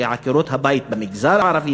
שעקרות-הבית במגזר הערבי,